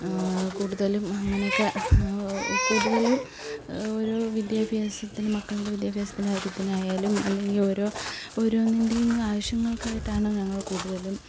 കൂടുതലും അങ്ങനത്തെ കൂടുതലും ഓരോ വിദ്യാഭ്യാസത്തിൽ മക്കളുടെ വിദ്യാഭ്യാസത്തിൻ്റെ കാര്യത്തിനായാലും അല്ലെങ്കിൽ ഓരോ ഓരോനിൻ്റെയും ആവശ്യങ്ങൾക്കായിട്ടാണ് ഞങ്ങൾ കൂടുതലും